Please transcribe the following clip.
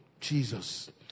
Jesus